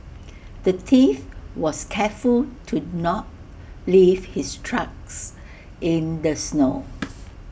the thief was careful to not leave his tracks in the snow